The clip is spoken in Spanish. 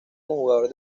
jugador